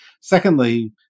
Secondly